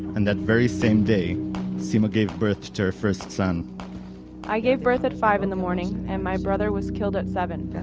and that very same day sima gave birth to her first son i gave birth at five in the morning, and my brother was killed at seven.